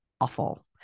awful